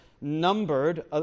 numbered